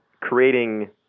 creating